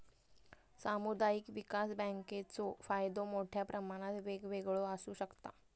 सामुदायिक विकास बँकेचो फायदो मोठ्या प्रमाणात वेगवेगळो आसू शकता